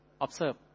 observe